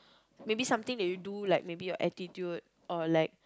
maybe something that you do like maybe your attitude or like